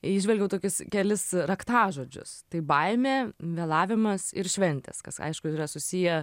įžvelgiau tokius kelis raktažodžius tai baimė vėlavimas ir šventės kas aišku yra susiję